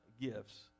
gifts